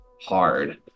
hard